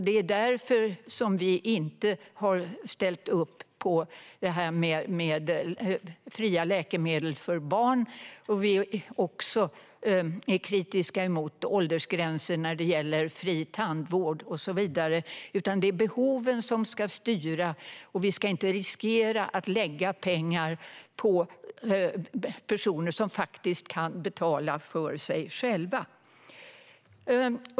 Det är därför som vi inte har ställt upp på fria läkemedel för barn. Vi är också kritiska mot åldersgränser för fri tandvård och så vidare. Det är behoven som ska styra, och vi ska inte riskera att lägga pengar på personer som faktiskt kan betala för sig själva.